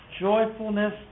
joyfulness